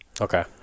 Okay